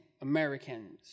Americans